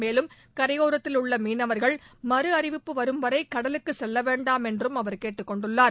மேலும் கரையோரத்தில் உள்ள மீனவர்கள் மறு அறிவிப்பு வரும்வரை கடலுக்குச் செல்ல வேண்டாம் என்றும் அவர் கேட்டுக்கொண்டுள்ளார்